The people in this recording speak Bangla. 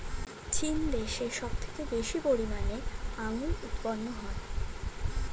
চীন দেশে সব থেকে বেশি পরিমাণে আঙ্গুর উৎপন্ন হয়